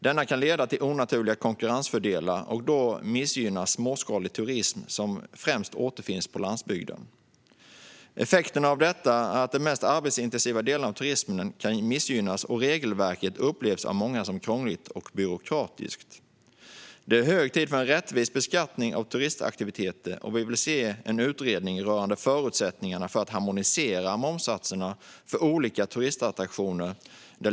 Det kan leda till onaturliga konkurrensfördelar och missgynna småskalig turism som främst återfinns på landsbygden. Effekterna blir att de mest arbetsintensiva delarna av turismen kan missgynnas och att regelverket av många upplevs som krångligt och byråkratiskt. Det är hög tid för en rättvis beskattning av turistaktiviteter. Vi vill se en utredning av förutsättningarna för att harmonisera momssatserna för olika turistattraktioner.